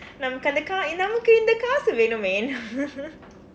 நம்ம கணக்கு நம்மக்கு இந்த காசு வேணுமே:namma kanakku nammakku indtha kaasu venumee